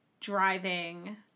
driving